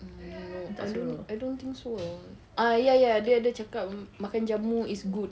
mm I don't know I don't think so ah ya ya ya dia ada cakap makan jamu is good